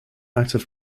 active